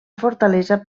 fortalesa